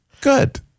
Good